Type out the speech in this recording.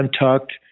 untucked